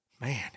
man